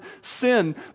sin